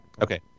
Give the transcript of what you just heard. Okay